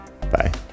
Bye